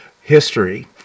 history